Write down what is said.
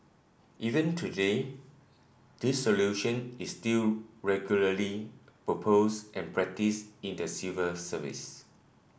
even today this solution is still regularly proposed and practised in the civil service